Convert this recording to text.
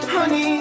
Honey